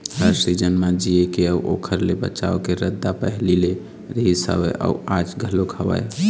हर season म जीए के अउ ओखर ले बचाव के रद्दा पहिली ले रिहिस हवय अउ आज घलोक हवय